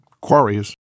Quarries